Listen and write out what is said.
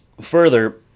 Further